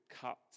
cuts